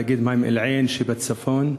תאגיד המים אל-עין שבצפון.